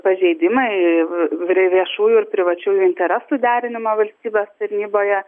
pažeidimai ir viešųjų ir privačiųjų interesų derinimo valstybės tarnyboje